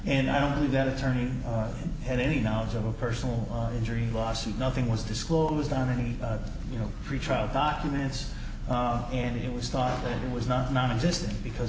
and i don't believe that attorney had any knowledge of a personal injury lawsuit nothing was disclosed on any you know pretrial documents and it was thought it was not nonexistent because